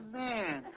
man